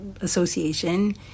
association